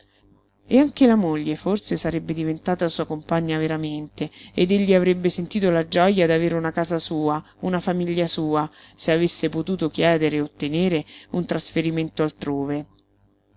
e anche la moglie forse sarebbe diventata sua compagna veramente ed egli avrebbe sentito la gioja d'avere una casa sua una famiglia sua se avesse potuto chiedere e ottenere un trasferimento altrove